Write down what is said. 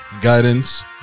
guidance